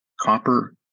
copper